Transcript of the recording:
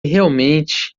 realmente